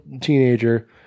teenager